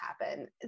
happen